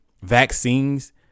vaccines